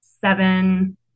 seven